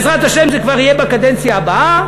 בעזרת השם זה כבר יהיה בקדנציה הבאה,